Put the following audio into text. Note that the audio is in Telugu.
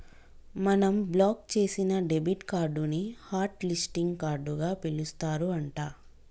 మనం బ్లాక్ చేసిన డెబిట్ కార్డు ని హట్ లిస్టింగ్ కార్డుగా పిలుస్తారు అంట